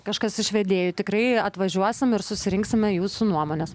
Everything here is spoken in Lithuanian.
kažkas iš vedėjų tikrai atvažiuosim ir susirinksime jūsų nuomones